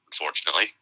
unfortunately